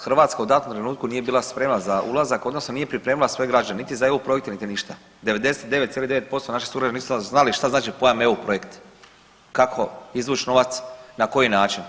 Hrvatska u datom trenutku nije bila spremna za ulazak odnosno nije pripremila svoje građane niti za eu projekte, niti ništa, 99,9% naših sugrađana nisu znali šta znači pojam eu projekt, kako izvuć novac i na koji način.